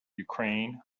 ukraine